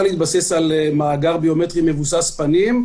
להתבסס על מאגר ביומטרי במבוסס פנים,